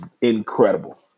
incredible